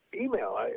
email